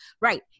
right